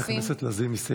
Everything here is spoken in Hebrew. חברת הכנסת לזימי,